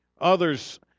Others